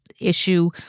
issue